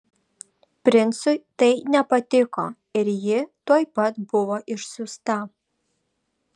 princui tai nepatiko ir ji tuoj pat buvo išsiųsta